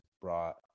brought